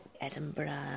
Edinburgh